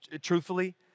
truthfully